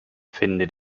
finde